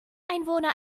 einwohner